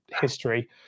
history